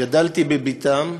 גדלתי בביתם,